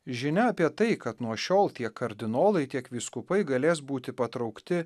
žinia apie tai kad nuo šiol tiek kardinolai tiek vyskupai galės būti patraukti